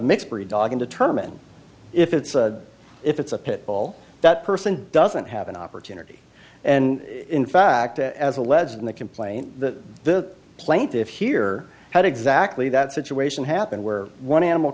mixed breed dog in determine if it's if it's a pit bull that person doesn't have an opportunity and in fact as alleged in the complaint that the plaintiffs here had exactly that situation happened where one animal